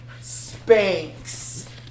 Spanx